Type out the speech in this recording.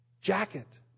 jacket